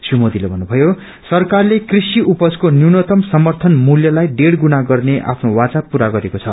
श्री मोदीले भन्नुभयो सरकारले कृषि उपजको न्यूनतम समर्थन मूल्यलाई डेढ गुणा गर्ने आफ्नो वाचा पूरा गरेको छ